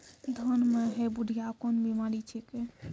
धान म है बुढ़िया कोन बिमारी छेकै?